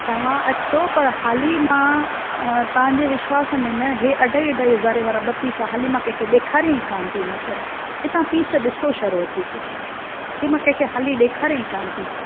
तव्हां अचो पर हाली मां अ तव्हांजे विश्वास में न हे अढाई अढाई हज़ारे वारा ॿ पीस हाली मां कंहिंखे ॾेखारिया ई कान थी इन करे कि तव्हां पीस ॾिसो छड़ो अची करे हे मां कंहिंखे हाली ॾेखारिया ई कान थी